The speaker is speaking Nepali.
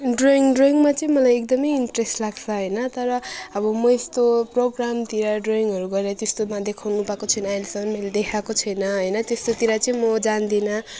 ड्रइङ ड्रइङमा चाहिँ मलाई एकदमै इन्ट्रेस्ट लाग्छ होइन तर म यस्तो प्रोग्रामतिर ड्रइङहरू गरेर त्यस्तोमा देखाउनु पाएको छैन अहिलेसम्म देखाएको छैन होइन त्यस्तोतिर चाहिँ म जान्दिनँ